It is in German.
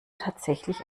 tatsächlich